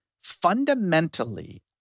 fundamentally